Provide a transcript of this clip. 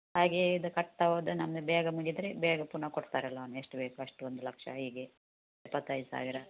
ಹಾಗೆ ಇದು ಕಟ್ತಾ ಹೋದ್ರೆ ನಮ್ಮದು ಬೇಗ ಮುಗಿದರೆ ಬೇಗ ಪುನಃ ಕೊಡ್ತಾರೆ ಲೋನ್ ಎಷ್ಟು ಬೇಕು ಅಷ್ಟು ಒಂದು ಲಕ್ಷ ಹೀಗೆ ಇಪ್ಪತ್ತೈದು ಸಾವಿರ